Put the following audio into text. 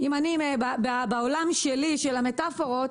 בעולם שלי של המטפורות,